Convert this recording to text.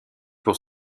pour